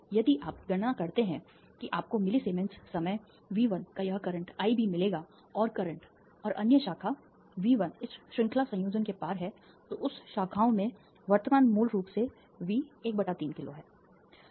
इसलिए यदि आप गणना करते हैं कि आपको मिलि सीमेंस समय V 1 का यह करंट Ib मिलेगा और करंट और अन्य शाखा V 1 इस श्रृंखला संयोजन के पार है तो उस शाखाओं में वर्तमान मूल रूप से V 13 किलो है